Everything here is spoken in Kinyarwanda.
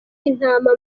intama